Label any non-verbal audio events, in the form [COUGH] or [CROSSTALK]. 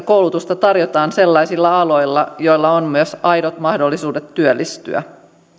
[UNINTELLIGIBLE] koulutusta tarjotaan sellaisilla aloilla joilla on myös aidot mahdollisuudet työllistyä